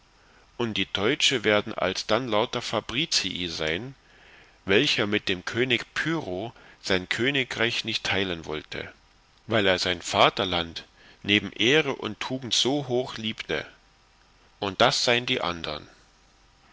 und die teutsche werden alsdann lauter fabricii sein welcher mit dem könig pyrrho sein königreich nicht teilen wollte weil er sein vatterland neben ehre und tugend so hoch liebte und das sein die andern